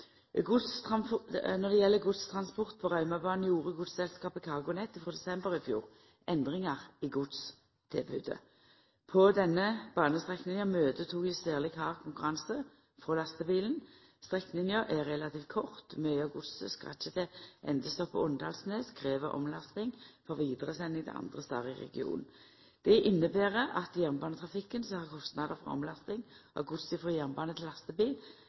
vedlikehald. Når det gjeld godstransport på Raumabanen, gjorde godsselskapet CargoNet frå desember i fjor endringar i godstilbodet. På denne banestrekninga møter toget særleg hard konkurranse frå lastebilen. Strekninga er relativt kort, og mykje av godset skal ikkje til endestoppet Åndalsnes, men krev omlasting for vidaresending til andre stader i regionen. Dette inneber at jernbanetrafikken, som har kostnader for omlasting av gods frå jernbane til lastebil,